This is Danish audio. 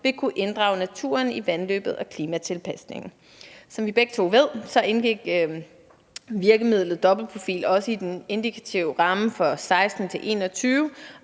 vil kunne inddrage naturen i vandløbet og i klimatilpasningen. Som vi begge ved, indgik virkemidlet dobbeltprofil også i den indikative ramme for 2016-2021